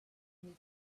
meet